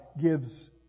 gives